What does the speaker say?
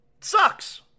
sucks